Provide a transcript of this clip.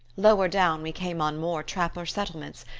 lower down we came on more trapper settlements,